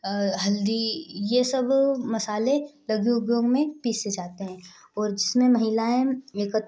हल्दी यह सब मसाले लघु उद्योग में पिसे जाते है और जिसमे महिलाएँ एक